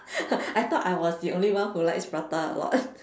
I thought I was the only one who likes prata a lot